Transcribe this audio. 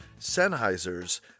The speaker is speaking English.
Sennheiser's